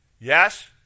Yes